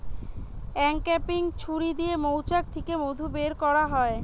uncapping ছুরি দিয়ে মৌচাক থিকে মধু বের কোরা হয়